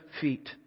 feet